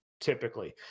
typically